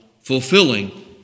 fulfilling